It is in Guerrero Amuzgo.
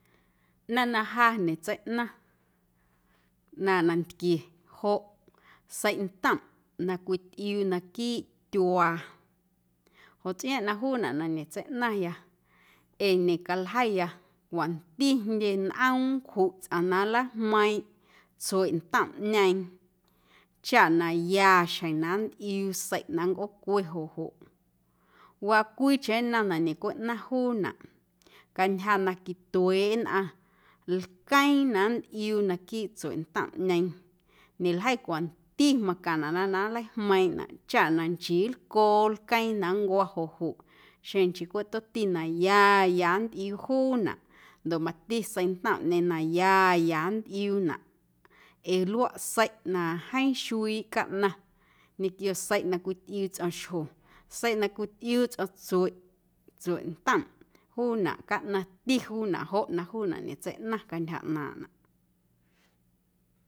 Ꞌnaⁿ na ja ñetseiꞌnaⁿ ꞌnaaⁿꞌ nantquie joꞌ seiꞌntomꞌ na cwitꞌiuu naquiiꞌ tyuaa joꞌ tsꞌiaaⁿꞌ na juunaꞌ na ñetseiꞌnaⁿya ee ñecaljeiya cwanti jndye nꞌoom nncjuꞌ tsꞌaⁿ na nleijmeiiⁿꞌ tsueꞌntomꞌñeeⁿ chaꞌ na ya xjeⁿ na nntꞌiuu seiꞌ na nncꞌoocwe joꞌ joꞌ, waa cwiicheⁿ nnom na ñecwiꞌnaⁿ juunaꞌ cantyja na quitueeꞌ nnꞌaⁿ lqueeⁿ na nntꞌiuu naquiiꞌ tsueꞌntomꞌñeeⁿ ñeljei cwanti na macaⁿnaꞌ na nleijmeiiⁿꞌnaꞌ chaꞌ na nchii lcoo lqueeⁿ na nncwo̱ xeⁿ nchii cweꞌ tomti na ya ya nntꞌiuu juunaꞌ ndoꞌ mati seiꞌntomꞌñeeⁿ na ya ya nntꞌiuunaꞌ ee luaꞌ seiꞌ na jeeⁿ xuiiꞌ caꞌnaⁿ ñequio seiꞌ na cwitꞌiuu tsꞌom xjo, seiꞌ na cwitꞌiuu tsꞌom tsueꞌ, tsueꞌntomꞌ juunaꞌ caꞌnaⁿti juunaꞌ joꞌ na juunaꞌ ñetseiꞌnaⁿ cantyja ꞌnaaⁿꞌnaꞌ.